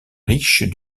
riches